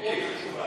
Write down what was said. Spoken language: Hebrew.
מאוד חשובה.